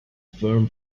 firm